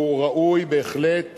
הוא ראוי בהחלט